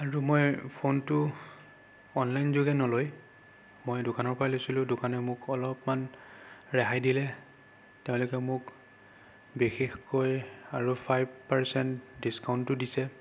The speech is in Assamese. আৰু মই ফোনটো অনলাইন যোগে ন'লৈ মই দোকানৰ পৰা লৈছিলোঁ দোকানে মোক অলপমান ৰেহাই দিলে তেওঁলোকে মোক বিশেষকৈ আৰু ফাইভ পাৰ্চেণ্ট ডিছকাউণ্টো দিছে